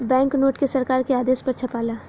bank note के सरकार के आदेश पर छापाला